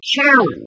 challenge